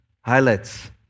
highlights